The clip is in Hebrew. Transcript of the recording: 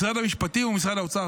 משרד המשפטים ומשרד האוצר.